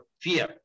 fear